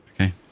Okay